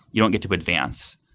you won't get to advance.